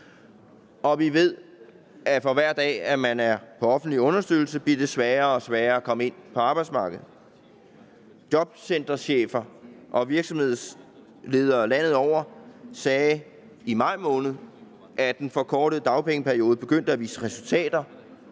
Og vi ved, at for hver dag man er på offentlig understøttelse, bliver det sværere og sværere at komme ind på arbejdsmarkedet. Jobcenterchefer og virksomhedsledere landet over sagde i maj måned, at resultaterne af den forkortede dagpengeperiode begyndte at vise sig.